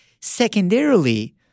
Secondarily